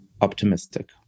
optimistic